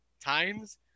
times